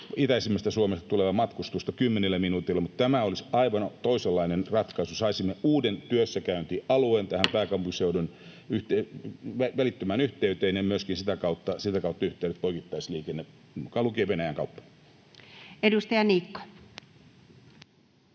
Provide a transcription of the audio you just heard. itäisimmästä Suomesta tulevaa matkustusta kymmenillä minuuteilla, mutta tämä olisi aivan toisenlainen ratkaisu, saisimme uuden työssäkäyntialueen tähän pääkaupunkiseudun välittömään yhtey-teen ja myöskin sitä kautta yhteydet poikittaisliikenteeseen, mukaan